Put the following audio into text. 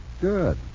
Good